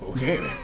okay.